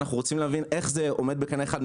אנחנו רוצים להבין איך זה עומד בקנה אחד.